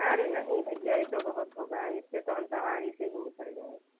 अरे नहीं भैया यह तो बहुत हो गया इससे तो हम सवारी से हीं निकल जाएँ